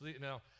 Now